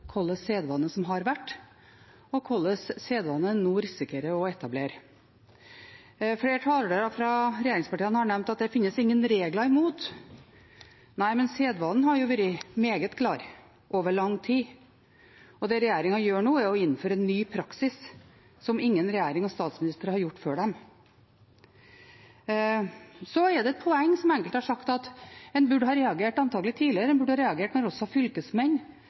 sedvane som har vært, og hvilken sedvane man nå risikerer å etablere. Flere talere fra regjeringspartiene har nevnt at det ikke finnes noen regler imot. Nei, men sedvanen har vært meget klar over lang tid, og det regjeringen gjør nå, er å innføre en ny praksis som ingen regjering og statsminister har hatt før dem. Så er det et poeng – som enkelte har sagt – at man antakelig burde ha reagert tidligere; man burde ha reagert også da sittende statsråder ble utnevnt til fylkesmenn.